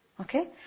Okay